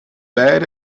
bet